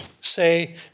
say